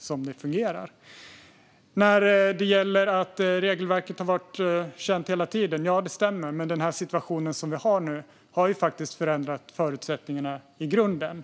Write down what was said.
så det fungerar. Det stämmer att regelverket har varit känt hela tiden. Men den situation vi har nu har förändrat förutsättningarna i grunden.